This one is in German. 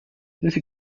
diese